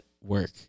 work